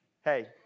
Hey